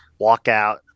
walkout